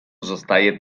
zostaje